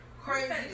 crazy